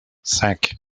cinq